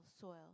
soil